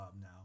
now